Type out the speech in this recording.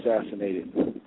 Assassinated